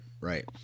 Right